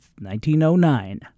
1909